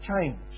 change